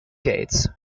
gates